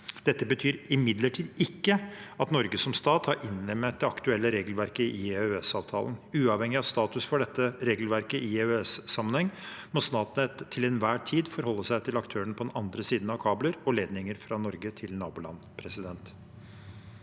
Dette betyr imidlertid ikke at Norge som stat har innlemmet det aktuelle regelverket i EØS-avtalen. Uavhengig av status for dette regelverket i EØS-sammenheng må Statnett til enhver tid forholde seg til aktørene på den andre siden av kabler og ledninger fra Norge til naboland. Sofie